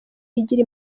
igira